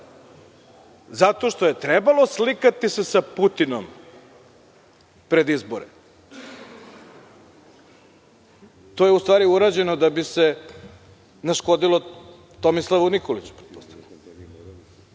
je tako? Trebalo je slikati se sa Putinom pred izbore. To je u stvari urađeno da bi se naškodilo Tomislavu Nikoliću.